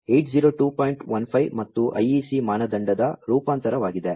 15 ಮತ್ತು IEC ಮಾನದಂಡದ ರೂಪಾಂತರವಾಗಿದೆ